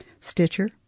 Stitcher